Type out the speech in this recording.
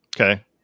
Okay